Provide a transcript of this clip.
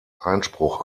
einspruch